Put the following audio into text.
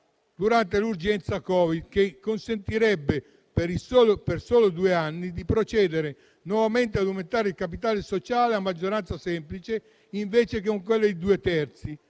durante l'emergenza Covid, che consentirebbe per soli due anni di procedere nuovamente ad aumentare il capitale sociale a maggioranza semplice invece che di due terzi.